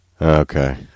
Okay